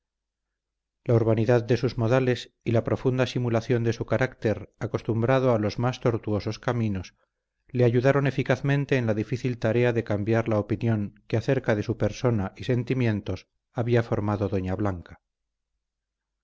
la urbanidad de sus modales y la profunda simulación de su carácter acostumbrado a los más tortuosos caminos le ayudaron eficazmente en la difícil tarea de cambiar la opinión que acerca de su persona y sentimientos había formado doña blanca